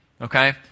Okay